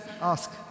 Ask